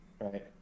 right